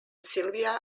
sylvia